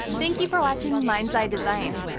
thank you for watching minds eye design!